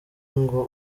ngo